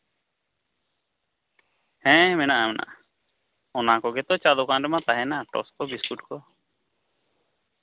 ᱦᱮᱸ ᱢᱮᱱᱟᱜᱼᱟ ᱢᱮᱱᱟᱜᱼᱟ ᱚᱱᱟ ᱠᱚᱜᱮ ᱛᱚ ᱪᱟ ᱫᱚᱠᱟᱱ ᱨᱮᱢᱟ ᱛᱟᱦᱮᱱᱟ ᱪᱚᱯ ᱠᱚ ᱵᱤᱥᱠᱩᱴ ᱠᱚ